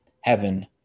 heaven